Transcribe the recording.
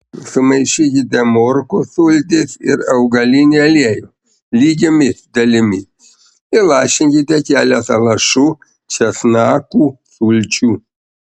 sumaišykite morkų sultis ir augalinį aliejų lygiomis dalimis įlašinkite keletą lašų česnakų sulčių